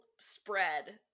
spread